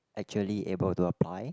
actually able to apply